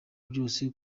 byose